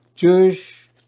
Jewish